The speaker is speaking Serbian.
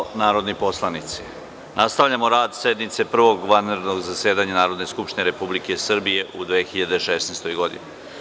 gospodo narodni poslanici, nastavljamo rad sednice Prvog vanrednog zasedanja Narodne skupštine Republike Srbije u 2016. godini.